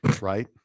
right